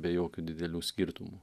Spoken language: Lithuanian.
be jokių didelių skirtumų